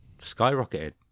skyrocketed